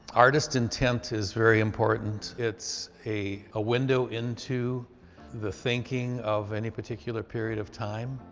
artist intent is very important. it's a window into the thinking of any particular period of time.